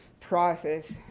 process,